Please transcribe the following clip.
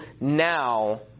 now